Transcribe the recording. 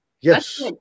Yes